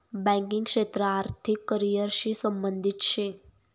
banking क्षेत्र आर्थिक career शी संबंधित शे